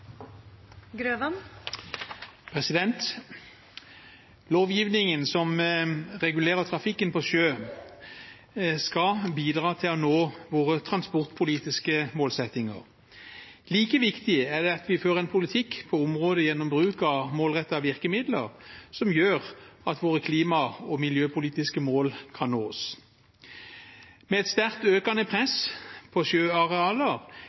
våre transportpolitiske målsettinger. Like viktig er det at vi fører en politikk på området gjennom bruk av målrettede virkemidler som gjør at våre klima- og miljøpolitiske mål kan nås. Med et sterkt økende press på sjøarealer